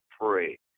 pray